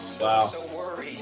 wow